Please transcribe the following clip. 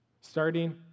starting